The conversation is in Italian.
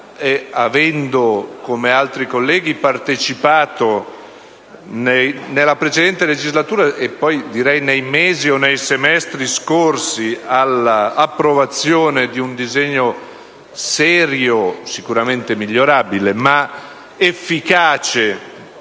avendo, come altri colleghi, partecipato nella precedente legislatura e poi nei mesi o nei semestri scorsi all'approvazione di un disegno serio - sicuramente migliorabile - per un'efficace